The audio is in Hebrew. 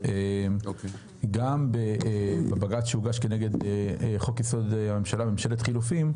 שגם בבג"ץ שהוגש כנגד חוק-יסוד: הממשלה בממשלת חילופין,